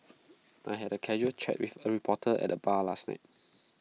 I had A casual chat with A reporter at the bar last night